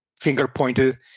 finger-pointed